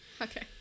Okay